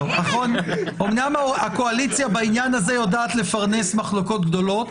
אומנם הקואליציה בעניין הזה יודעת לפרנס מחלוקות גדולות.